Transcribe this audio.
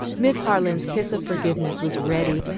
miss harland's kiss of forgiveness was ready,